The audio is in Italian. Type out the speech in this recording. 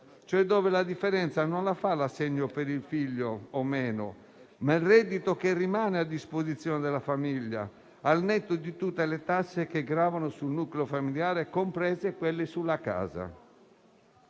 dove la differenza non la fa l'assegno per il figlio o meno, ma il reddito che rimane a disposizione della famiglia, al netto di tutte le tasse che gravano sul nucleo familiare, comprese quelle sulla casa.